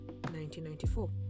1994